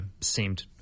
seemed